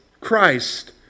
Christ